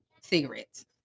cigarettes